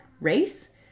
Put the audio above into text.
race